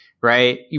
right